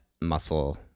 muscle